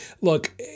Look